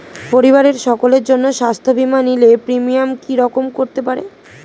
পরিবারের সকলের জন্য স্বাস্থ্য বীমা নিলে প্রিমিয়াম কি রকম করতে পারে?